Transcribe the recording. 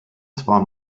war